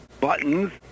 buttons